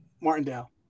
Martindale